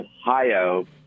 Ohio